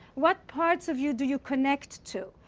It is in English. what parts of you do you connect to?